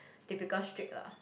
typical strict lah